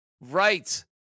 Right